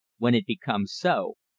when it becomes so,